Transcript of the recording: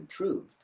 improved